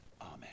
Amen